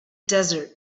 desert